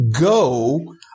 go